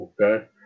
Okay